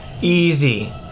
easy